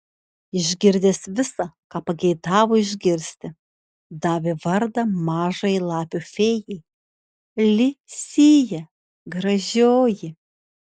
išgirdęs visa ką pageidavo išgirsti davė vardą mažajai lapių fėjai li sija gražioji